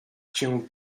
cię